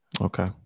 okay